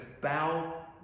bow